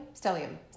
Stellium